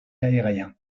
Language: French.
aérien